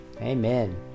Amen